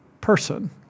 person